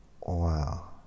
Wow